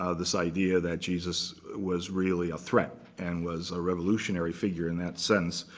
ah this idea that jesus was really a threat, and was a revolutionary figure in that sense.